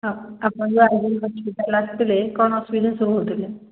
ଆପଣ ଆଗରୁ ହସ୍ପିଟାଲ ଆସିଥିଲେ କ'ଣ ଅସୁବିଧା ସବୁ ହଉଥିଲା